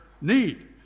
need